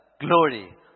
glory